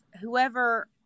whoever